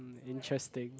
mm interesting